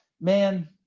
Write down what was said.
Man